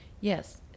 yes